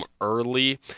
early